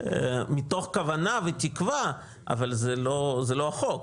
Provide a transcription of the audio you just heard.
מתוך כוונה ותקווה אבל זה לא החוק.